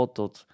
tot